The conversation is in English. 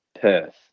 Perth